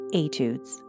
etudes